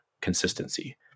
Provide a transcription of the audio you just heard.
consistency